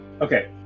Okay